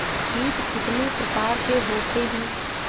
कीट कितने प्रकार के होते हैं?